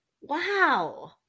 wow